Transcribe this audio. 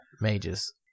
mages